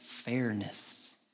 fairness